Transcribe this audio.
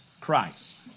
Christ